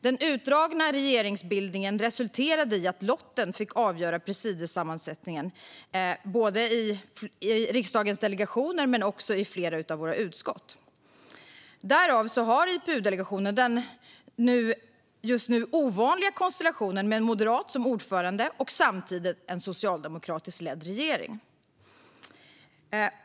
Den utdragna regeringsbildningen resulterade i att lotten fick avgöra presidiesammansättningen i både riksdagens delegationer och flera utskott. Därför har IPU-delegationen nu en moderat ordförande trots en socialdemokratiskt ledd regering.